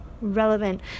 relevant